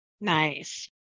Nice